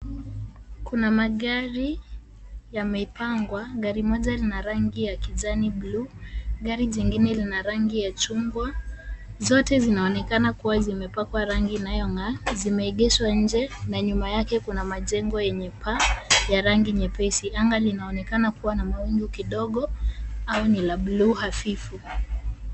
Kuna magari yamepangwa. Gari moja lina rangi ya kijani bluu. Gari jingine lina rangi ya chungwa. Zote zinaonekana kuwa zimepakwa rangi inayong'aa. Zimeegeshwa nje na nyuma yake kuna majengo yenye paa ya rangi nyepesi. Anga linaonekana kuwa na mawingu kidogo au ni la bluu hafifu.